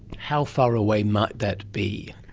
how far away might that be?